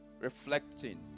Reflecting